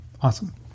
Awesome